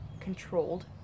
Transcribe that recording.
controlled